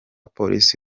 polisi